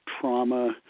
trauma